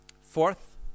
Fourth